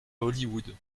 hollywood